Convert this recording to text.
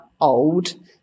old